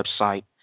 website